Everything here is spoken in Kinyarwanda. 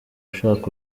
ashaka